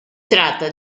tratta